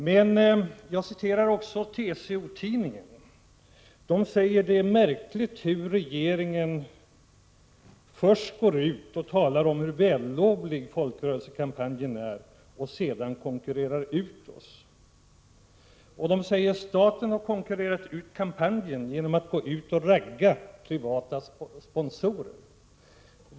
Jag kan emellertid citera TCO-Tidningen, som säger att det är märkligt att regeringen först går ut och talar om hur vällovlig folkrörelsekampanjen är och sedan konkurrerar ut den. Tidningen säger att staten har konkurrerat ut kampanjen genom att gå ut och ragga privata sponsorer.